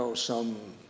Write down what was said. so some